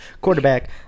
Quarterback